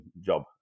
job